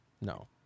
no